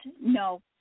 No